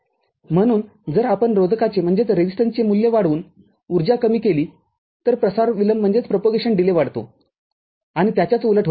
म्हणूनजर आपण रोधकाचे मूल्य वाढवून ऊर्जा कमी केलीप्रसार विलंब वाढतो आणि त्याच्याच उलट होते